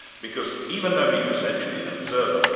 because even though he was essentially an observer,